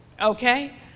Okay